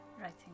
writing